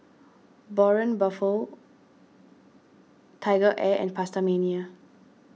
Braun Buffel TigerAir and PastaMania